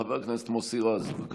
חבר הכנסת מוסי רז, בבקשה.